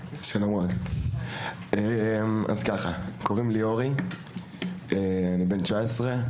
שלום רב, קוראים לי אורי, אני בן 19,